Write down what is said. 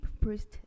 priest